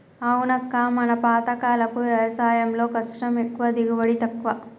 అవునక్క మన పాతకాలపు వ్యవసాయంలో కష్టం ఎక్కువ దిగుబడి తక్కువ